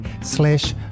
slash